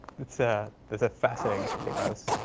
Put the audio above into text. it's a there's a fascinating. take class.